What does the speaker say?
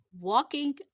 walking